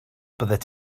byddet